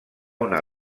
una